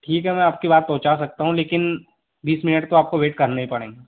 ठीक है मैं आपकी बात पहुँचा सकता हूँ लेकिन बीस मिनट तो आपको वेट करने ही पड़ेंगा